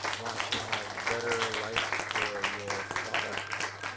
want to have better lights for your products?